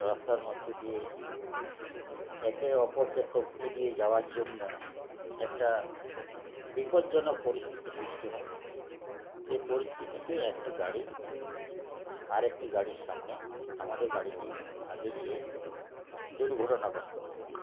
রাস্তার মধ্যে দিয়ে একে অপরকে টপকিয়ে দিয়ে যাওয়ার জন্য একটা বিপদ্জনক পরিস্থিতি সৃষ্টি হয় সেই পরিস্থিতিতে একটি গাড়ি আর একটি গাড়ির সামনে আমাদের গাড়িটি আগে যেয়ে দুর্ঘটনাগ্রস্ত হয়ে পড়ে